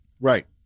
Right